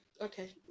Okay